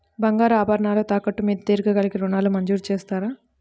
బంగారు ఆభరణాలు తాకట్టు మీద దీర్ఘకాలిక ఋణాలు మంజూరు చేస్తారా?